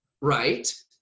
right